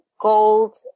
gold